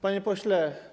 Panie Pośle!